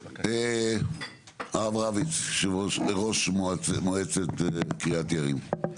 הרב רביץ יושב ראש מועצת קריית יערים.